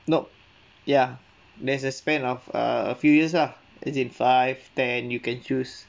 nope ya there's a span of err a few years lah as in five ten you can choose